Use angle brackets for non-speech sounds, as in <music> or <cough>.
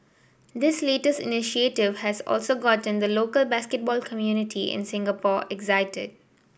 this latest initiative has also gotten the local basketball community in Singapore <unintelligible>